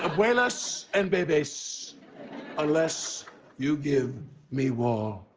abuelas and bebes unless you give me wall.